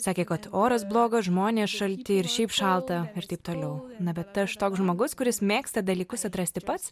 sakė kad oras blogas žmonės šalti ir šiaip šalta ir taip toliau na bet aš toks žmogus kuris mėgsta dalykus atrasti pats